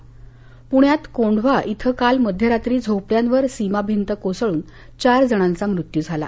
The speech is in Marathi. पृण्यात कोंढवा इथं काल मध्यरात्री झोपड्यांवर सीमा भिंत कोसळून चार जणांचा मृत्यू झाला